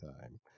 time